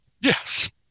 Yes